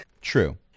True